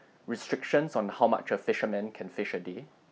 restrictions on how much a fisherman can fish a day